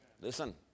Listen